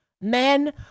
Men